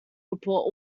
report